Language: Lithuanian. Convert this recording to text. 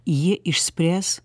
jie išspręs